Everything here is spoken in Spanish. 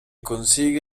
consigue